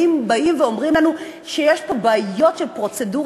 ואם באים ואומרים לנו שיש פה בעיות של פרוצדורה,